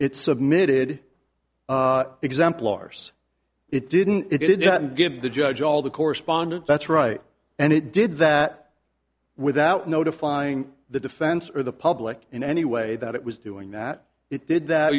it submitted exemplars it didn't it didn't give the judge all the correspondent that's right and it did that without notifying the defense or the public in any way that it was doing that it did that